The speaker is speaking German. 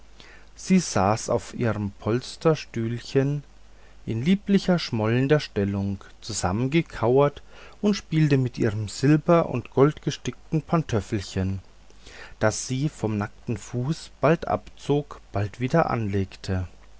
sie saß auf ihrem polsterstühlchen in lieblicher schmollender stellung zusammengekauert und spielte mit ihrem silber und goldgestickten pantöffelchen das sie vom nackten fuß bald abzog bald wieder anlegte